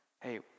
hey